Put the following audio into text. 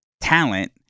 talent